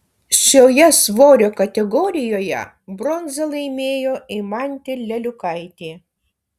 šioje svorio kategorijoje bronzą laimėjo eimantė leliukaitė